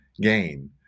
gain